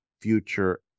future